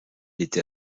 était